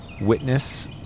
witness